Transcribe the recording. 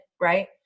right